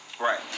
Right